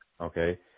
Okay